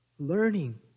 Learning